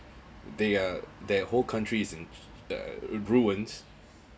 they are their whole countries in the ruins